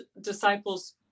disciples